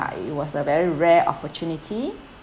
it was a very rare opportunity